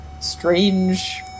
strange